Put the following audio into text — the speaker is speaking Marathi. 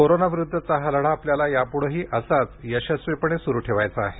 कोरोनाविरुद्धचा हा लढा आपल्याला यापुढेही असाच यशस्वीपणे सुरु ठेवायचा आहे